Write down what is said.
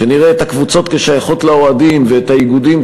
כשנראה את הקבוצות כשייכות לאוהדים ואת האיגודים